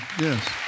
Yes